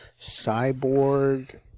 cyborg